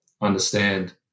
understand